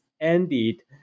ended